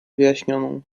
wyjaśnioną